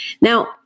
Now